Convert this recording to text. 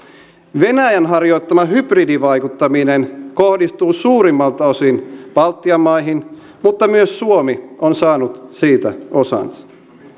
venäjän harjoittama hybridivaikuttaminen kohdistuu suurimmilta osin baltian maihin mutta myös suomi on saanut siitä osansa